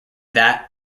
that